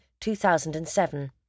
2007